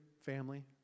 family